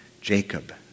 Jacob